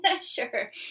sure